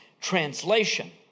translation